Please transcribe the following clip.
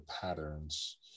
patterns